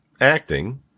acting